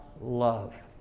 love